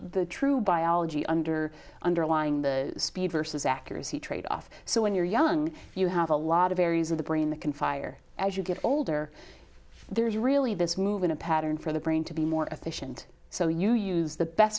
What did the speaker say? the true biology under underlying the speed versus accuracy tradeoff so when you're young you have a lot of areas of the brain that can fire as you get older there's really this move in a pattern for the brain to be more efficient so you use the best